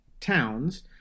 towns